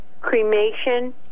cremation